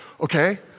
okay